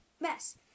mess